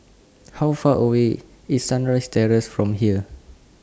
How Far away IS Sunrise Terrace from here